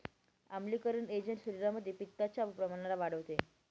आम्लीकरण एजंट शरीरामध्ये पित्ताच्या प्रमाणाला वाढवते